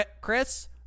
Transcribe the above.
Chris